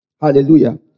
Hallelujah